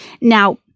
Now